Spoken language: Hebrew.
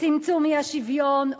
צמצום האי-שוויון,